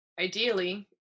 ideally